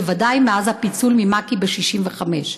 בוודאי מאז הפיצול ממק"י ב-1965.